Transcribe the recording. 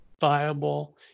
viable